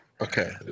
Okay